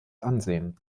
ansehen